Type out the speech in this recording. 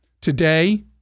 Today